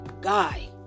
guy